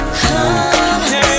come